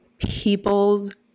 people's